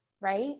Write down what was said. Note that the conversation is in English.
right